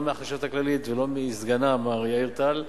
לא מהחשבת הכללית ולא מסגנה מר יאיר טל.